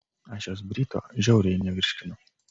aš jos bryto žiauriai nevirškinu